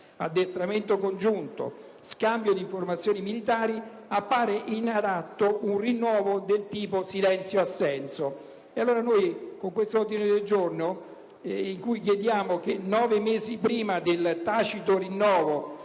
addestramento congiunto e scambio di informazioni militari), appare inadatto un rinnovo del tipo silenzio-assenso. Pertanto, con l'ordine del giorno G100 si chiede che, almeno 9 mesi prima del tacito rinnovo